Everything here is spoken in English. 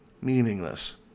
meaningless